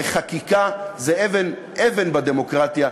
הרי חקיקה זה אבן יסוד בדמוקרטיה.